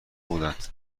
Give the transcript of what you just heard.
بودند